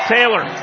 Taylor